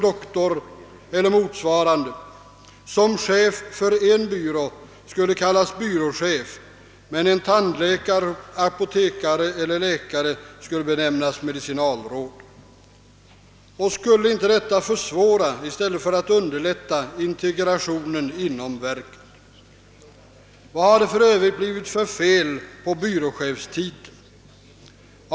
doktor eller motsvarande såsom chef för en byrå skulle kallas byråchef, medan en tandläkare, apotekare eller läkare som chef för en annan byrå skulle benämnas medicinalråd. Skulle inte detta försvåra i stället för att underlätta integrationen inom verket? Vad har det för övrigt blivit för fel på byråchefstiteln?